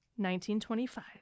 1925